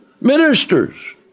ministers